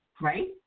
right